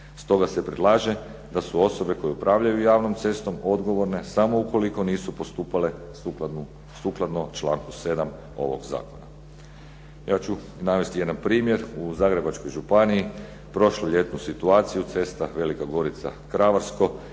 Stoga se predlaže da su osobe koje upravljaju javnom cestom odgovorne samo ukoliko nisu postupale sukladno članku 7. ovog zakona. Ja ću navesti jedan primjer, u zagrebačkoj županiji prošlo ljetnu situaciju cesta Velika Gorica-Kravarsko